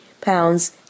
pounds